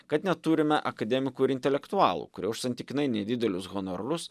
kad neturime akademikų ir intelektualų kurie už santykinai nedidelius honorarus